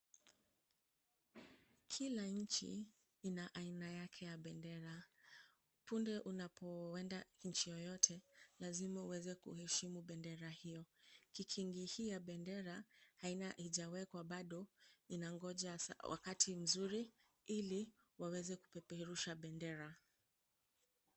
Kila nchi ina aina yake ya bendera. Punde unapoenda nchi yoyote lazima uweze kuheshimu bendera hiyo, kikingi hii ya bendera haina, haijawekwa bado inangoja wakati mzuri ili waweze kupeperusha bendera.